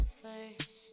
first